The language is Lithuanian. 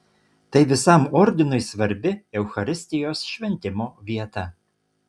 tai visam ordinui svarbi eucharistijos šventimo vieta